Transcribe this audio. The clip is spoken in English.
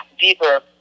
Deeper